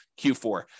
Q4